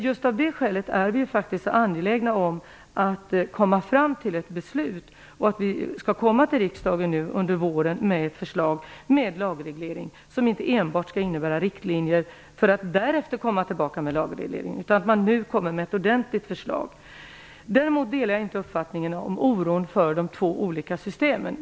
Just av det skälet är vi faktiskt angelägna om att kunna komma fram till ett beslut och om att under våren komma till riksdagen med ett förslag om en lagreglering som inte enbart innebär riktlinjer för att därefter komma tillbaka med en lagreglering. Det gäller alltså att nu komma med ett ordentligt förslag. Däremot delar jag inte uppfattningen om oron för de två olika systemen.